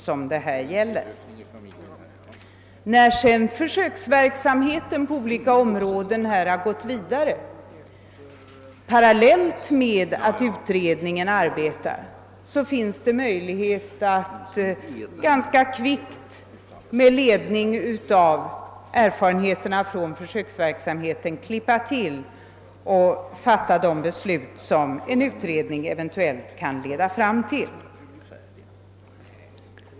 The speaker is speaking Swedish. När det sedan har bedrivits försöks verksamhet på olika områden i denna fråga parallellt med att utredningen arbetar, finns det möjlighet att ganska snabbt med ledning av erfarenheterna från försöksverksamheten klippa till och fatta de beslut som en utredning eventuellt kan leda fram till.